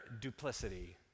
duplicity